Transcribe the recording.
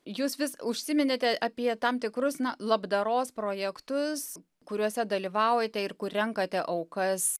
jūs vis užsiminėte apie tam tikrus na labdaros projektus kuriuose dalyvaujate ir kur renkate aukas